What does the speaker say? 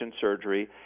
surgery